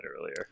earlier